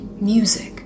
music